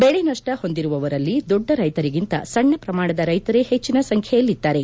ಬೆಳೆನಪ್ಪ ಹೊಂದಿರುವವರಲ್ಲಿ ದೊಡ್ಡ ರೈತರಿಗಿಂತ ಸಣ್ಣ ಪ್ರಮಾಣದ ರೈತರೇ ಹೆಚ್ಚಿನ ಸಂಖ್ಯೆಯಲ್ಲಿದ್ದಾರೆ